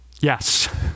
Yes